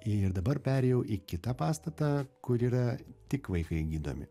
ir dabar perėjau į kitą pastatą kur yra tik vaikai gydomi